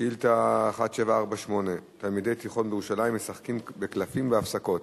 שאילתא מס' 1748: תלמידי תיכון בירושלים משחקים בקלפים בהפסקות.